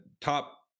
top